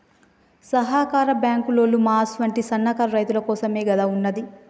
సహకార బాంకులోల్లు మా అసుంటి సన్నకారు రైతులకోసమేగదా ఉన్నది